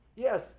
Yes